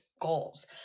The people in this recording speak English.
goals